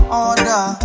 order